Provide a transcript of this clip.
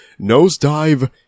Nosedive